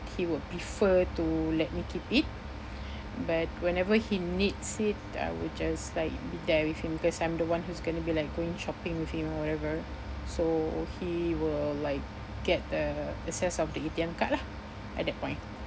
he would prefer to let me keep it but whenever he needs it I would just like be there with him because I'm the one who's gonna be like going shopping with him or whatever so he will like get the access of the A_T_M card lah at that point